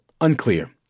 unclear